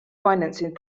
financing